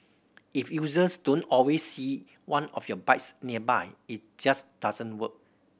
if users don't always see one of your bikes nearby it just doesn't work